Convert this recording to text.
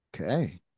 okay